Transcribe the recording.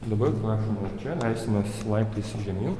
dabar prašome čia leisimes laiptais žemyn